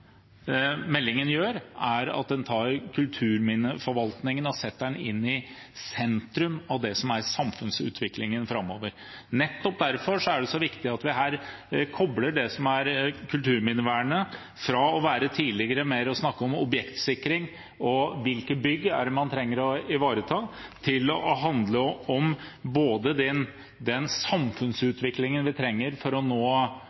tar kulturminneforvaltningen og setter den i sentrum av samfunnsutviklingen framover. Nettopp derfor er det så viktig at vi kobler det som er kulturminnevern fra tidligere, fra å være snakk om objektsikring og hvilke bygg man trenger å ivareta, til både å handle om den samfunnsutviklingen vi trenger for å nå